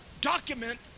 document